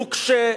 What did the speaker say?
נוקשה,